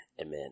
Amen